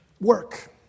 work